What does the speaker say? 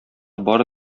бары